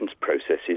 processes